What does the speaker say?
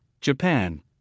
Japan